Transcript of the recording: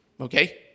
Okay